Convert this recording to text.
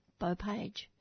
Bopage